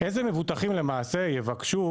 איזה מבוטחים למעשה יבקשו